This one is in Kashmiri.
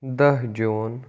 دٔہ جوٗن